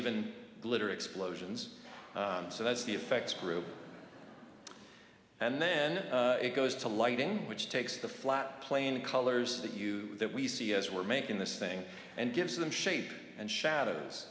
even glitter explosions so that's the effects group and then it goes to lighting which takes the flat plane colors that you that we see as we're making this thing and gives them shape and